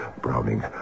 Browning